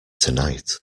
tonight